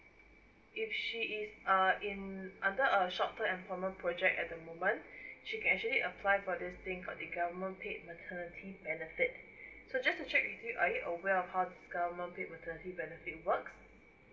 if she is uh in under a short term employment project at the moment she can actually apply for this thing called the government paid maternity benefit so just to check with you are you aware of how this government paid maternity benefit works